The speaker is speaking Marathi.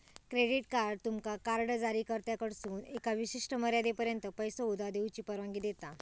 क्रेडिट कार्ड तुमका कार्ड जारीकर्त्याकडसून एका विशिष्ट मर्यादेपर्यंत पैसो उधार घेऊची परवानगी देता